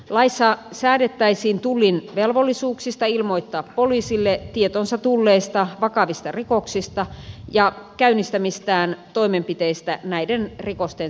laissa säädettäisiin tullin velvollisuuksista ilmoittaa poliisille tietoonsa tulleista vakavista rikoksista ja käynnistämistään toimenpiteistä näiden rikosten selvittämiseksi